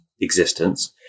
existence